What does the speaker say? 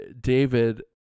David